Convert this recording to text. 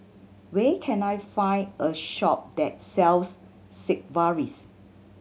where can I find a shop that sells Sigvaris